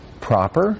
proper